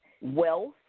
wealth